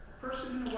person